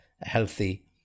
healthy